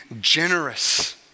generous